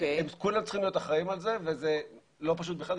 כולם צריכים להיות אחראים על זה וזה לא פשוט בכלל.